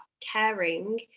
caring